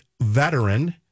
veteran